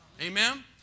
Amen